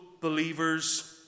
believers